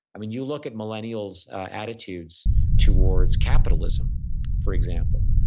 i mean, you look at millennial's attitudes towards capitalism for example,